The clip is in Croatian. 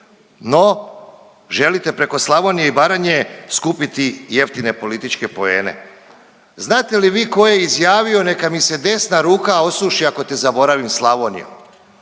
No, želite preko Slavonije i Baranje skupiti jeftine političke poene. Znate li vi tko je izjavio neka mi se desna ruka osuši ako te zaboravim Slavonijo?